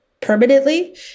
permanently